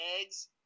eggs